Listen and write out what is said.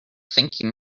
thinking